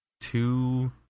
two